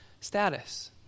status